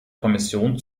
kommission